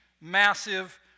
massive